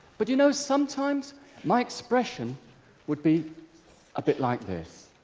but you know, sometimes my expression would be a bit like this.